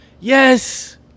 yes